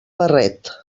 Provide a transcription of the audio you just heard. barret